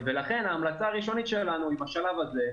לכן ההמלצה הראשונית שלנו היא לעצור בשלב הזה,